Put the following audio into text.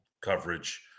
coverage